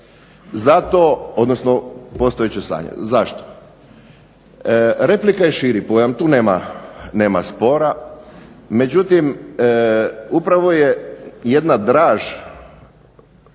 Zato, odnosno u postojeće stanje, zašto? Replika je širi pojam, tu nema, nema spora međutim upravo je jedna draž